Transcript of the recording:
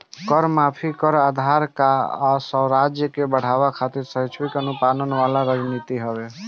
कर माफी, कर आधार आ राजस्व के बढ़ावे खातिर स्वैक्षिक अनुपालन वाला रणनीति हवे